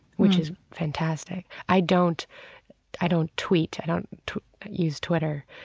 which is fantastic i don't i don't tweet. i don't use twitter.